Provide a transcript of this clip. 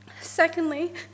Secondly